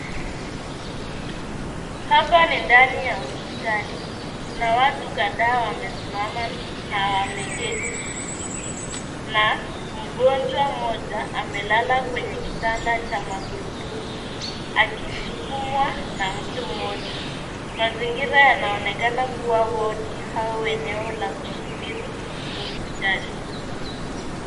Hapa ni ndani ya hospitali kuna watu kadhaa wamesimama na wameketi na mgonjwa mmoja amelala kwenye kitanda cha magurudumu akisukumwa na mtu mmoja. Mazingira yanaonekana kuwa wodi au eneo la kusubiri hospitalini.